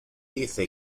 dice